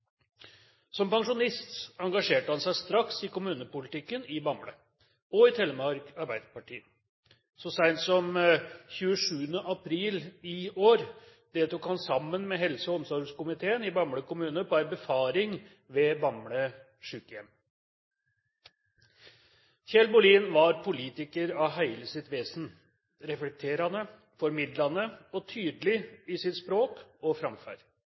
Som pensjonist engasjerte han seg straks i kommunepolitikken i Bamble og i Telemark Arbeiderparti. Så sent som 27. april i år deltok han sammen med helse- og omsorgskomiteen i Bamble kommune på en befaring ved Bamble sykehjem. Kjell Bohlin var politiker av hele sitt vesen; reflekterende, formidlende og tydelig i sitt språk og sin framferd.